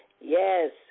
Yes